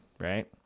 right